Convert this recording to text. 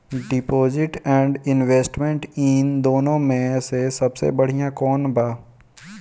Deposit and investment इन दुनो मे से सबसे बड़िया कौन बा?